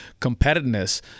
competitiveness